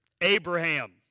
Abraham